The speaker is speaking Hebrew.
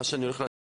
מה שאני הולך להציג